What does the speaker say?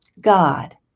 God